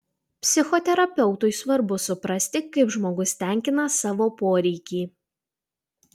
psichoterapeutui svarbu suprasti kaip žmogus tenkina savo poreikį